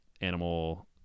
animal